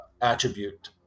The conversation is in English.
attribute